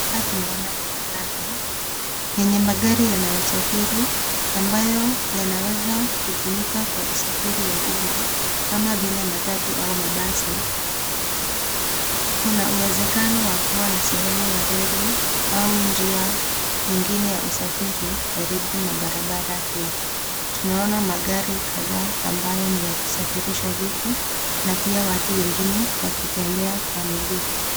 Hapa tunaona barabara yenye magari yanayosafiri ambayo yanaweza kutumika kwa usafiri wa umma kama vile matatu au mabasi. Kuna uwezekan wa kuwa na njia ya reli au njia nyingine ya usafiri karibu na barabara hii. Tunaona magari kadhaa mabayo ni ya kusafirisha vitu na pia watu wengine wakitembea kwa miguu.